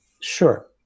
Sure